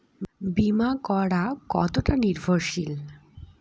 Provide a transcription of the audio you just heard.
বীমা করা কতোটা নির্ভরশীল?